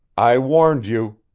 i warned you,